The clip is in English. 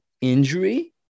injury